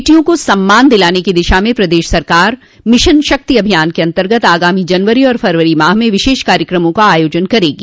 बेटियों को सम्मान दिलाने की दिशा में प्रदेश सरकार मिशन शक्ति अभियान के अंतर्गत आगामी जनवरी और फरवरी माह में विशेष कार्यक्रमों का आयोजन करेगी